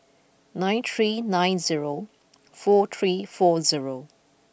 nine three nine zero four three four zero